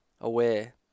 aware